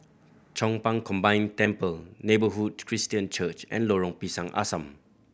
Chong Pang Combined Temple Neighbourhood Christian Church and Lorong Pisang Asam